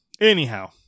Anyhow